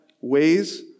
ways